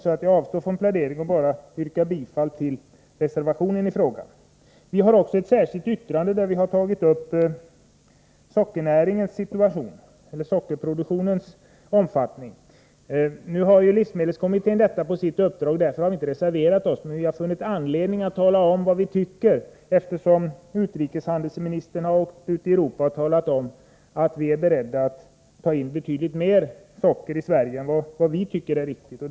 Jag avstår därför från plädering och yrkar endast bifall till reservationen i fråga. Vi har också ett särskilt yttrande där vi har tagit upp sockerproduktionens omfattning. Livsmedelskommittén har ju detta på sitt uppdrag, och vi har därför inte reserverat oss. Vi har emellertid funnit anledning att tala om vad vi tycker, eftersom industrihandelsministern har åkt runt i Europa och talat om att man är beredd att ta in betydligt mer socker i Sverige än vad vi tycker är riktigt.